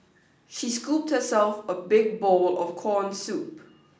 she scooped herself a big bowl of corn soup